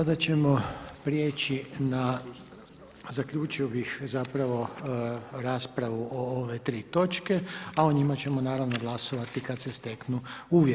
Sada ćemo prijeći na, zaključio bih zapravo raspravu o ove tri točke, a o njima ćemo naravno glasovati kad se steknu uvjeti.